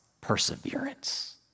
perseverance